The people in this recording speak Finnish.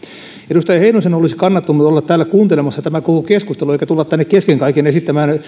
edustaja heinosen olisi kannattanut olla täällä kuuntelemassa tämä koko keskustelu eikä tulla tänne kesken kaiken esittämään